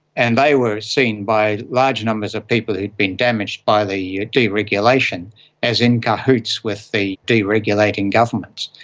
and they were seen by large numbers of people who had been damaged by the deregulation as in cahoots with the deregulating governments.